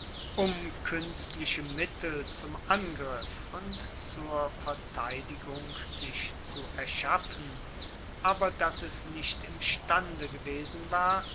um kuenstliche mittel zum angriff und zur verteidigung sich zu erschaffen aber dass es nicht imstande gewesen war